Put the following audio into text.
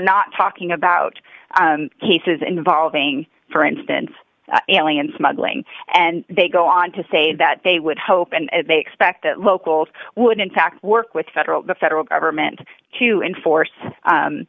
not talking about cases involving for instance only and smuggling and they go on to say that they would hope and they expect that locals would in fact work with federal the federal government to enforce